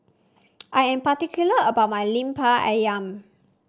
I am particular about my Lemper ayam